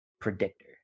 predictor